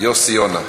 יוסי יונה.